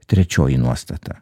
trečioji nuostata